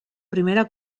primera